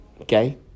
Okay